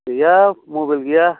गैया मबाइल गैया